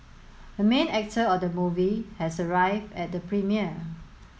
the main actor of the movie has arrived at the premiere